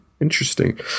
Interesting